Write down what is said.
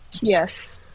Yes